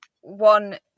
one